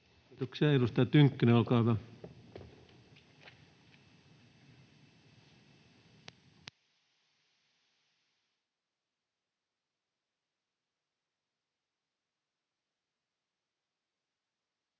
Kiitoksia. — Edustaja Tynkkynen, olkaa hyvä.